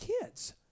kids